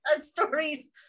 stories